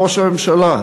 בראש הממשלה.